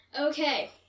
Okay